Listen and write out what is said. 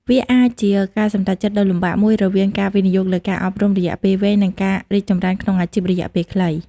វាអាចជាការសម្រេចចិត្តដ៏លំបាកមួយរវាងការវិនិយោគលើការអប់រំរយៈពេលវែង និងការរីកចម្រើនក្នុងអាជីពរយៈពេលខ្លី។